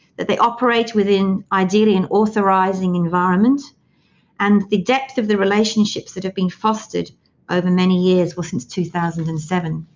that they operate within ideally an authorising environment and the depth of the relationships that have been fostered over many years well, since two thousand and seven.